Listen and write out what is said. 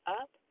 up